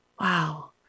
Wow